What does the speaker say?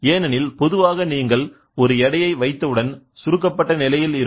ஏனெனில் பொதுவாக நீங்கள் ஒரு எடையை வைத்தவுடன் சுருக்கப்பட்ட நிலையில் இருக்கும்